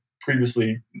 previously